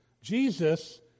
Jesus